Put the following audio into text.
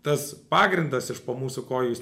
tas pagrindas iš po mūsų kojų jis